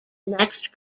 next